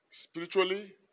spiritually